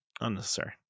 Unnecessary